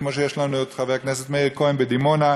כמו חבר הכנסת מאיר כהן מדימונה,